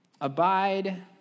Abide